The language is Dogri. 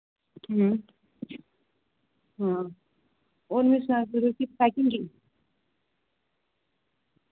और मि सनाओ